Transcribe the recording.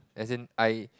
as in I